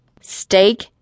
steak